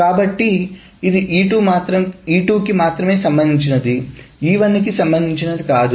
కాబట్టి ఇది E2 మాత్రమే సంబంధించినది E1కి సంబంధించినది కాదు